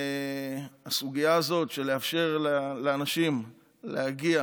הסוגיה הזאת של לאפשר לאנשים להגיע